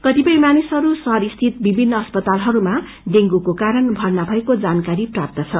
कतिपय मानिसहरू शहरस्थित विमिन्न अस्पातालहरूमा डेंगूको कारण भएको जानकारी प्राप्त छ